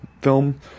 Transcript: film